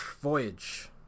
Voyage